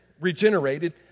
regenerated